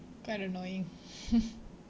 quite annoying